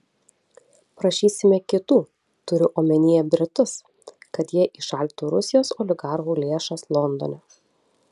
prašysime kitų turiu omenyje britus kad jie įšaldytų rusijos oligarchų lėšas londone